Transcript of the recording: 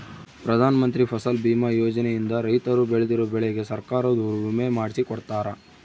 ಪ್ರಧಾನ ಮಂತ್ರಿ ಫಸಲ್ ಬಿಮಾ ಯೋಜನೆ ಇಂದ ರೈತರು ಬೆಳ್ದಿರೋ ಬೆಳೆಗೆ ಸರ್ಕಾರದೊರು ವಿಮೆ ಮಾಡ್ಸಿ ಕೊಡ್ತಾರ